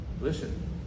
listen